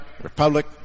republic